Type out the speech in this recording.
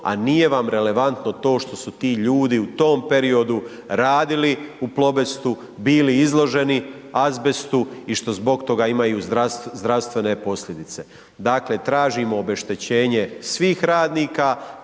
a nije vam relevantno to što su ti ljudi u tom periodu radili u Plobestu bili izloženi azbestu i što zbog toga imaju zdravstvene posljedice, dakle tražimo obeštećenje svih radnika,